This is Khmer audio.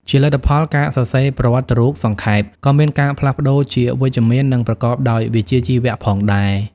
ជាលទ្ធផល ការសរសេរប្រវត្តិរូបសង្ខេប ក៏មានការផ្លាស់ប្ដូរជាវិជ្ជមាន និងប្រកបដោយវិជ្ជាជីវៈផងដែរ។